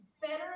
better